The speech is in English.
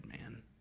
man